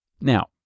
Now